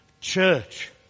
Church